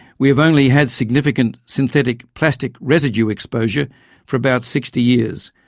we have only had significant synthetic plastic residue exposure for about sixty years,